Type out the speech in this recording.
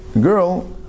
girl